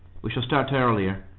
we shall start earlier,